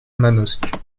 manosque